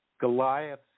Goliath